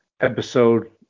episode